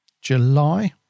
July